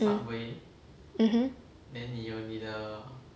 mmhmm